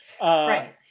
Right